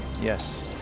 Yes